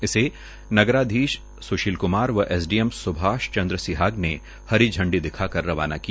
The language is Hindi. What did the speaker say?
उसे नगराधीश स्शील क्मार व एसडीएम स्भाष चंद्र सिहाग ने हरी झंडी दिखाकर रवाना किया